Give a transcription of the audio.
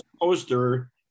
poster